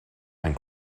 and